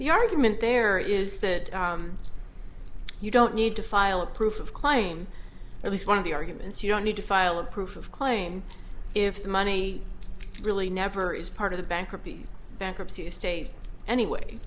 the argument there is that you don't need to file a proof of claim at least one of the arguments you don't need to file a proof of claim if the money really never is part of the bankruptcy bankruptcy estate